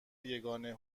یگانه